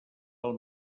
pel